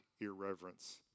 irreverence